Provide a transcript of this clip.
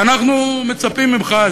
ואנחנו מצפים ממך,